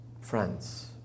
friends